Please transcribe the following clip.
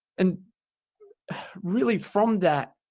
and really from that,